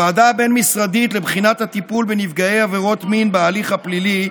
הוועדה הבין-משרדית לבחינת הטיפול בנפגעי עבירות מין בהליך הפלילי,